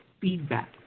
feedback